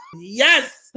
Yes